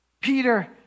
Peter